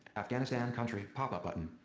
afghanistan country, pop up button.